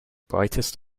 brightest